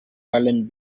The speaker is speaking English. hurling